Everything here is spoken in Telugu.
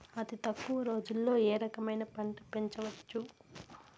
అతి తక్కువ రోజుల్లో ఏ రకమైన పంట పెంచవచ్చు?